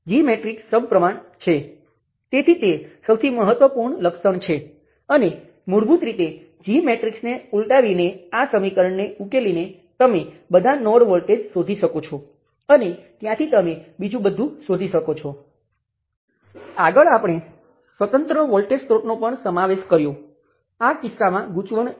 તેથી પ્રથમ મેશ સમીકરણ પહેલા આપણી પાસે હતું તેવું જ છે તે I1 × R11 R12 R13 I2 × R12 I3 × R13 V1 છે